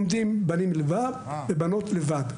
בנים לומדים לבד ובנות לומדות לבד.